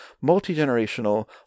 multi-generational